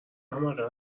احمقه